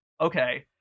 okay